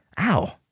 Ow